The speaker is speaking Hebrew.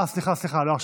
סליחה, לא עכשיו.